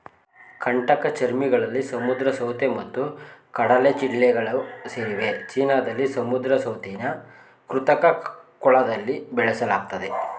ಕಂಟಕಚರ್ಮಿಗಳಲ್ಲಿ ಸಮುದ್ರ ಸೌತೆ ಮತ್ತು ಕಡಲಚಿಳ್ಳೆಗಳು ಸೇರಿವೆ ಚೀನಾದಲ್ಲಿ ಸಮುದ್ರ ಸೌತೆನ ಕೃತಕ ಕೊಳದಲ್ಲಿ ಬೆಳೆಸಲಾಗ್ತದೆ